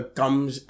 comes